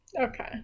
okay